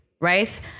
Right